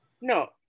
No